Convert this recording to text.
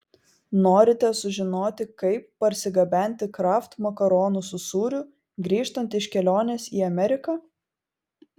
norite sužinoti kaip parsigabenti kraft makaronų su sūriu grįžtant iš kelionės į ameriką